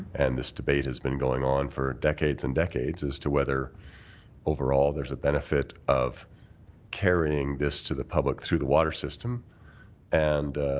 and this debate has been going on for decades and decades as to whether overall there is a benefit of carrying this to the public through the water system and